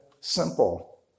simple